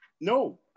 No